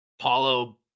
Paulo